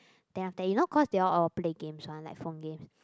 then after that you know cause they all all play games one like phone game